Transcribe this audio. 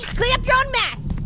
clean up your own mess.